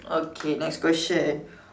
okay next question